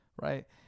Right